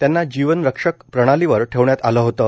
त्यांना जीवरक्षक प्रणालीवर ठेवण्यात आलं होतं